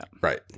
Right